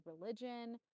religion